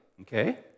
okay